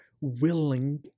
willing